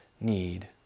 need